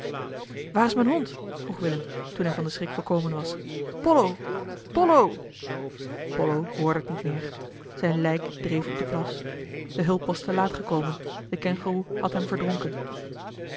waar is mijn hond vroeg willem toen hij van den schrik bekomen was pollo pollo pollo hoorde het niet meer zijn lijk dreef op den plas de hulp was te laat gekomen de kengoeroe had hem verdronken